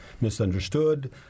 misunderstood